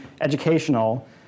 educational